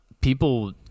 people